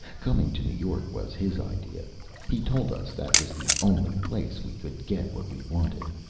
coming to new york was his idea he told us that was the only place we could get what we wanted.